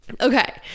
Okay